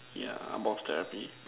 yeah unbox therapy